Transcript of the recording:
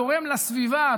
תורם לסביבה,